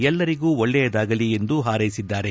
ಎಲ್ಲರಿಗೂ ಒಳ್ಳೆಯದಾಗಲಿ ಎಂದು ಹಾರ್ಳೆಸಿದ್ದಾರೆ